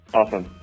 awesome